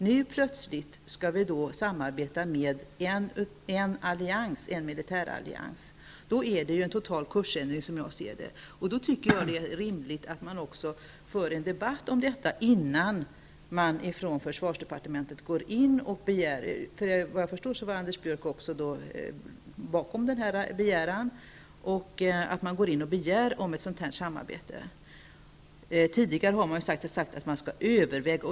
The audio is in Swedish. Men plötsligt skall vi samarbeta med en militärallians. Det är en total kursändring, som jag ser saken. Därför tycker jag att det är rimligt att en debatt förs om detta innan man från försvarsdepartementet går in med en begäran — såvitt jag förstår står också Anders Björck bakom denna begäran — om ett sådant här samarbete. Tidigare har man ju sagt att man skall överväga.